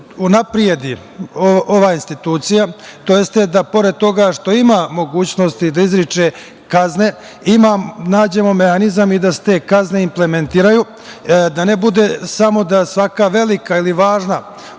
unapredi ova institucija, tj. da pored toga što ima mogućnosti da izriče kazne, nađemo mehanizam i da se te kazne implementiraju, da ne bude samo da svaka velika ili važna